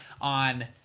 on